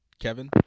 Kevin